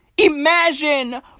Imagine